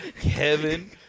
Kevin